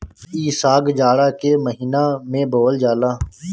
इ साग जाड़ा के महिना में बोअल जाला